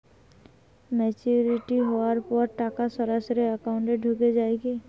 Maturity হওয়ার পর টাকা সরাসরি একাউন্ট এ ঢুকে য়ায় কি?